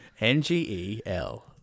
N-G-E-L